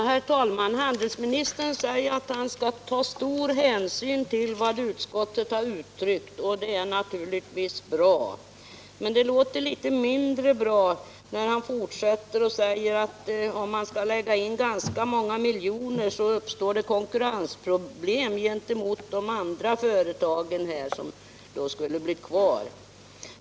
Herr talman! Handelsministern säger att han skall ta stor hänsyn till vad utskottet uttryckt, och det är naturligtvis bra. Men det verkar litet mindre bra när han fortsätter med att säga att om man lägger in många miljoner i dessa företag så uppstår det konkurrensproblem gentemot de andra företagen på området.